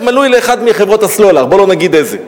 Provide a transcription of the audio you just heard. מנוי לאחת מחברות הסלולר, לא נגיד איזה.